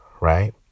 right